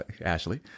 Ashley